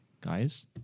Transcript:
guys